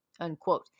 Unquote